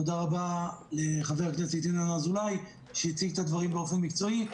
תודה רבה לחבר הכנסת ינון אזולאי שהציג את הדברים באופן מקצועי.